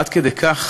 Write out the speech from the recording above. עד כדי כך